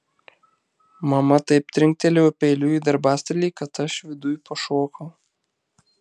mama taip trinktelėjo peiliu į darbastalį kad aš viduj pašokau